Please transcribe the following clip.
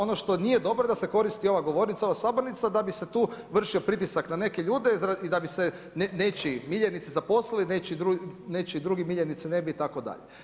Ono što nije dobro da se koristi ova govornica, ova sabornica da bi se tu vršio pritisak na neke ljude i da bi se nečiji miljenici zaposlili, nečiji drugi miljenici ne bi itd.